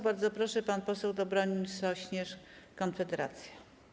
Bardzo proszę, pan poseł Dobromir Sośnierz, Konfederacja.